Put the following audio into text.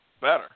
better